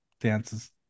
dances